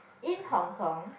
in Hong-Kong